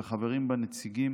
וחברים בה נציגים